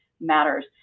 matters